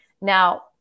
Now